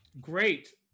Great